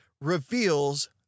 reveals